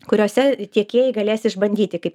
kuriose tiekėjai galės išbandyti kaip